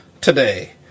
today